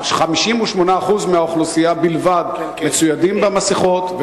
58% מהאוכלוסייה בלבד מצוידים במסכות,